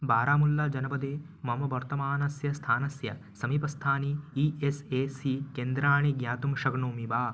बारामुल्लाजनपदे मम वर्तमानस्य स्थानस्य समीपस्थानि ई एस् ए सी केन्द्राणि ज्ञातुं शक्नोमि वा